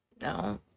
no